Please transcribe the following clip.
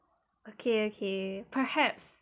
okay okay perhaps